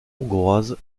hongroise